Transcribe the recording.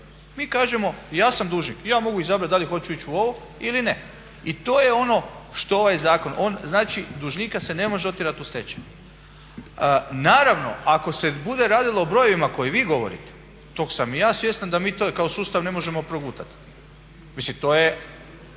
Mi kažemo, ja sam dužnik, ja mogu izabrati da li hoću ići u ovo ili ne. I to je ono što ovaj zakon. On znači, dužnika se ne može otjerati u stečaj. Naravno ako se bude radilo o brojevima koje vi govorite, toga sam i ja svjestan da mi to kao sustav ne možemo progutati, misli to je,